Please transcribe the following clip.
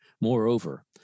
Moreover